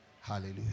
Hallelujah